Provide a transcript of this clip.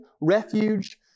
refuge